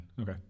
Okay